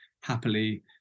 happily